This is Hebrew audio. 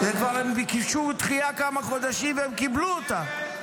הם ביקשו דחייה בכמה חודשים והם קיבלו אותה.